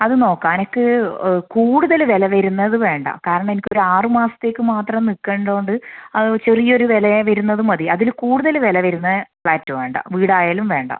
അത് നോക്കാം എനിക്ക് കൂടുതല് വില വരുന്നത് വേണ്ട കാരണം എനിക്കൊരാറ് മാസത്തേക്ക് മാത്രം നിൽക്കണ്ടത് കൊണ്ട് അത് ചെറിയൊര് വിലയെ വരുന്നത് മതി അതില് കൂടുതല് വില വരുന്ന ഫ്ലാറ്റ് വേണ്ട വീടായാലും വേണ്ട